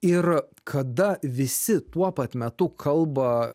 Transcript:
ir kada visi tuo pat metu kalba